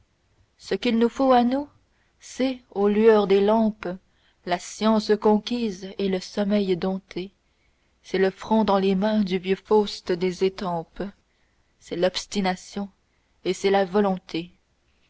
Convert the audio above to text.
ce qu'il nous faut à nous c'est aux lueurs des lampes la science conquise et le sommeil dompté c'est le front dans les mains du vieux faust des estampes c'est l'obstination et c'est la volonté